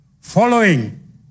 following